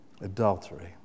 Adultery